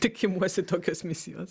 tik imuosi tokios misijos